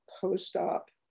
post-op